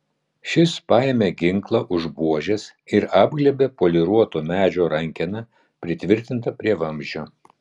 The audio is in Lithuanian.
šis paėmė ginklą už buožės ir apglėbė poliruoto medžio rankeną pritvirtintą prie vamzdžio